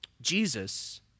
Jesus